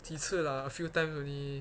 几次 lah a few times only